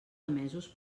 emesos